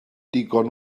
digon